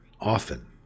often